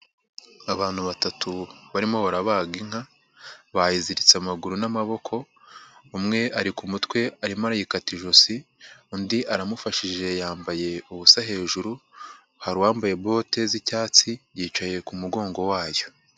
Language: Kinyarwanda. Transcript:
Abantu batatu barimo barabaga inka, bayiziritse amaguru n'amaboko, umwe ariko ku mutwe arimo arayikata ijosi, undi aramufashije yambaye ubusa hejuru, hari uwambaye bote z'icyatsi yicaye ku mugongo wayo.